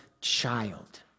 child